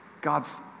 God's